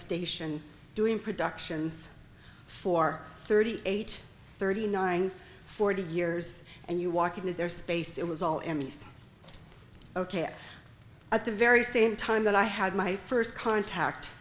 station doing productions for thirty eight thirty nine forty years and you walk into their space it was all in nice ok at the very same time that i had my first contact